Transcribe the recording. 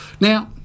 Now